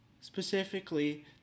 specifically